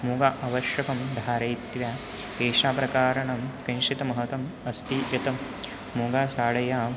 मूगा अवश्यकं धारयित्वा केषां प्रकारणं किंशितमहत्वम् अस्ति यत् मूगा साडयां